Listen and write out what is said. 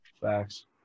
Facts